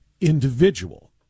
individual